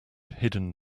hidden